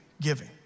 giving